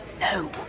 no